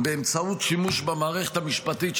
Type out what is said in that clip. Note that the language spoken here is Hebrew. באמצעות שימוש במערכת המשפטית,